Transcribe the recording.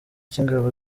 cy’ingabo